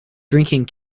drinking